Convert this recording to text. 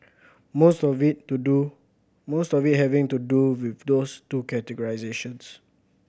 most of it to do most of it having to do with those two categorisations